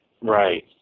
Right